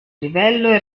livello